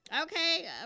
Okay